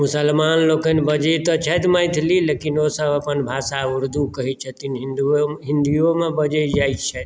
मुसलमान लोकनि बजै तऽ छथि मैथिली लेकिन ओ सभ अपन भाषा उर्दु कहै छथिन हिन्दियो मे बजै जाइत छथि